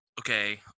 okay